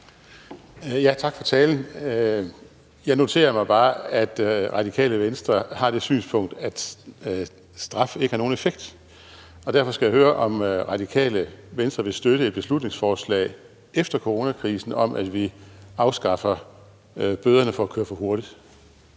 Tak for talen. Jeg noterer mig bare, at Radikale Venstre har det synspunkt, at straf ikke har nogen effekt. Derfor skal jeg høre, om Radikale Venstre vil støtte et beslutningsforslag – efter coronakrisen – om, at vi afskaffer bøderne for at køre for hurtigt.